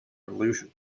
revolution